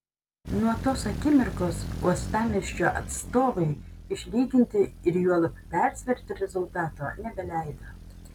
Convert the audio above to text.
nuo tos akimirkos uostamiesčio atstovai išlyginti ir juolab persverti rezultato nebeleido